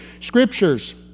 scriptures